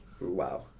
Wow